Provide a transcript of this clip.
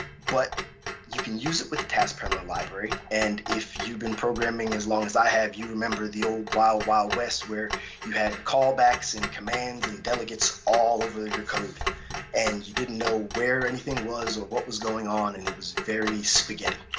but you can use it with the task parallel library, and if you've been programming as long as i have, you remember the old wild wild west where you had callbacks in commands and delegates all over radio code and you didn't know where anything was or what was going on and it was very spaghetti.